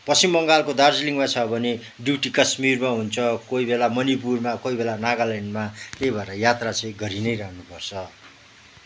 पश्चिम बङ्गालको दार्जिलिङमा छ भने ड्युटी काश्मिरमा हुन्छ कोही बेला मणिपुरमा कोही बेला नागाल्यान्डमा त्यही भएर यात्रा चाहिँ गरी नै रहनुपर्छ